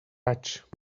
vaig